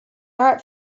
art